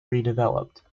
redeveloped